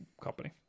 company